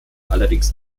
allerdings